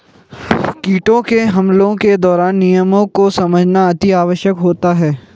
कीटों के हमलों के दौरान नियमों को समझना अति आवश्यक होता है